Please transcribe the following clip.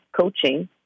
coaching